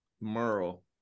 Merle